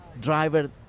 driver